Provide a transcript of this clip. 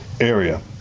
area